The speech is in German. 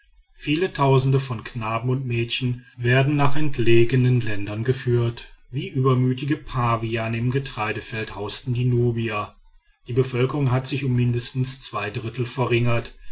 viele tausende von knaben und mädchen werden nach entlegenen ländern geführt wie übermütige paviane im getreidefeld hausten die nubier die bevölkerung hat sich um mindestens zwei drittel verringert